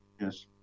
yes